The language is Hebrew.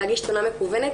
להגיש תלונה מקוונת,